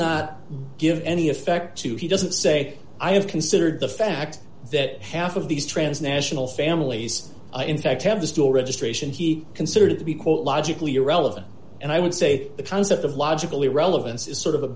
not give any effect to he doesn't say i have considered the fact that half of these trans national families in fact have the store registration he considered to be quote logically irrelevant and i would say the concept of logical irrelevance is sort of a